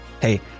Hey